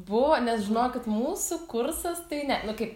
vo nes žinokit mūsų kursas tai ne nu kaip